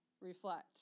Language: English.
reflect